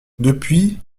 depuis